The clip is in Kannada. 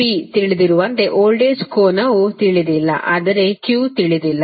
P ತಿಳಿದಿರುವಂತೆ ವೋಲ್ಟೇಜ್ ಕೋನವು ತಿಳಿದಿಲ್ಲ ಆದರೆ Q ತಿಳಿದಿಲ್ಲ